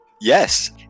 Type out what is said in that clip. Yes